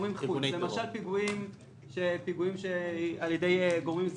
למשל פיגועים על ידי גורמים זרים.